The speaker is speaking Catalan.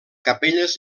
capelles